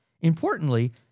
Importantly